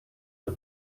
czy